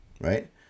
right